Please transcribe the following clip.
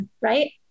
right